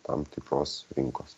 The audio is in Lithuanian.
tam tikros rinkos